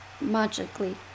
magically